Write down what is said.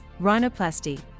rhinoplasty